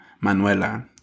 Manuela